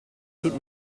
tut